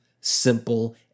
simple